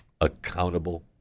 Accountable